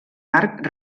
arc